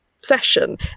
session